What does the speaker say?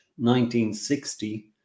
1960